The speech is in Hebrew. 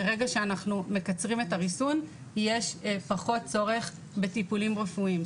מרגע שאנחנו מקצרים את הריסון יש פחות צורך בטיפולים רפואיים.